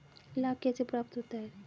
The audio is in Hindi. लाख कैसे प्राप्त होता है?